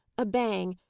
a bang,